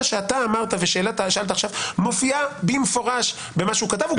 שאתה אמרת ושאלת עכשיו מופיעה במפורש במה שהוא כתב.